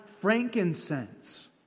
frankincense